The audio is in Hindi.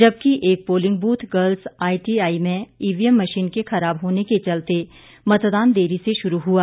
जबकि एक पोलिंग बूथ गर्ल्ज आईटीआई में ईवीएम मशीन के खराब होने के चलते मतदान देरी से शुरू हुआ